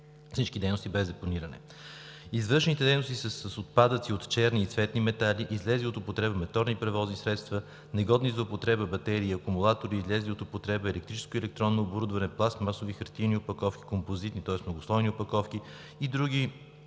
дейности без депониране. Извършваните дейности са с: отпадъци от черни и цветни метали; излезли от употреба моторни превозни средства; негодни за употреба батерии и акумулатори; излязло от употреба електрическо и електронно оборудване; пластмасови, хартиени опаковки, композитни, тоест многослойни опаковки и други